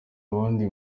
abandi